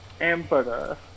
Emperor